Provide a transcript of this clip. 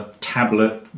tablet